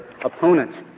opponents